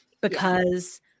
because-